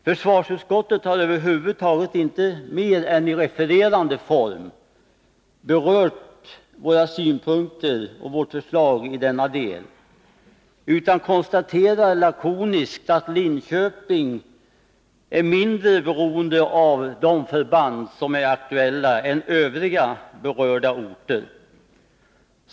Försvarsutskottet har över huvud taget inte mer än i refererande form berört våra synpunkter och vårt förslag i denna del utan konstaterar lakoniskt att Linköping är mindre beroende av de förband som är aktuella än övriga berörda orter.